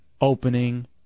opening